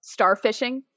starfishing